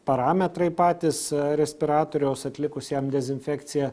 parametrai patys respiratoriaus atlikus jam dezinfekciją